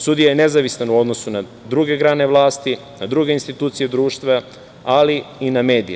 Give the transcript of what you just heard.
Sudija je nezavistan u odnosu na druge grane vlasti, na druge institucije društva, ali i na medije.